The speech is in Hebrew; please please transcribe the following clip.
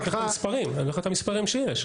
אני אומר לך את המספרים שיש.